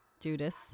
Judas